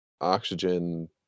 oxygen